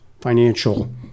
financial